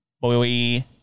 boy